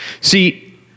See